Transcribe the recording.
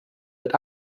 wird